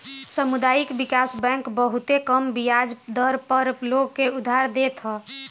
सामुदायिक विकास बैंक बहुते कम बियाज दर पअ लोग के उधार देत हअ